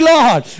Lord